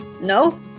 No